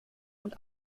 und